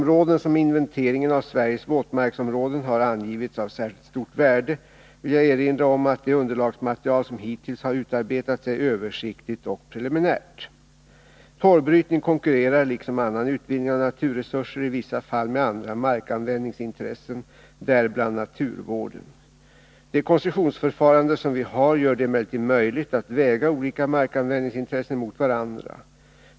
Om tillstånd för den har angivits av särskilt stort värde vill jag erinra om att det underlagsmaterial som hittills har utarbetats är översiktligt och preliminärt. Torvbrytning konkurrerar, liksom annan utvinning av naturresurser, i vissa fall med andra markanvändningsintressen, däribland naturvården. Det koncessionsförfarande som vi har gör det emellertid möjligt att väga olika markanvändningsintressen mot varandra.